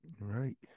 right